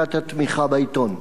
בהפסקת התמיכה בעיתון.